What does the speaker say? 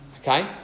okay